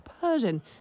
Persian